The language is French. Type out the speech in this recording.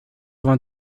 vingt